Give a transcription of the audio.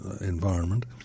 environment